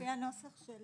לפי הנוסח של